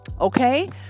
Okay